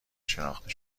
شناخته